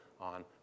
on